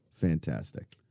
Fantastic